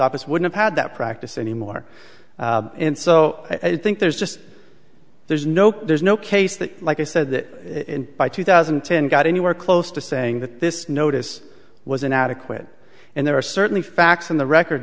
office would have had that practice anymore and so i think there's just there's no there's no case that like i said that by two thousand and ten got anywhere close to saying that this notice was inadequate and there are certainly facts on the record